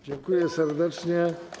Dziękuję serdecznie.